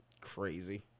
crazy